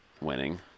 winning